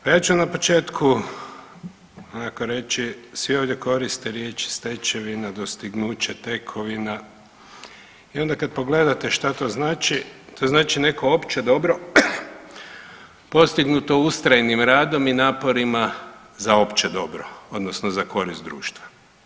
Pa ja ću na početku onako reći svi ovdje koriste riječ stečevina, dostignuće, tekovina i onda kad pogledate što to znači, to znači neko opće dobro postignuto ustrajnim radom i naporima za opće dobro, odnosno za korist društva.